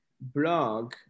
blog